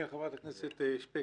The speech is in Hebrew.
חברת הכנסת שפק